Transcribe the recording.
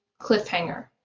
cliffhanger